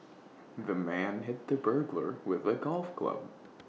the man hit the burglar with A golf club